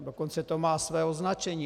Dokonce to má své označení.